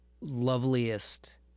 loveliest